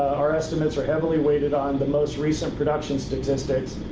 our estimates are heavily weighted on the most recent production statistics,